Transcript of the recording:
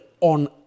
on